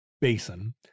basin